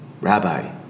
Rabbi